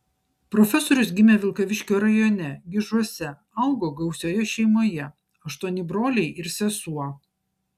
profesorius gimė vilkaviškio rajone gižuose augo gausioje šeimoje aštuoni broliai ir sesuo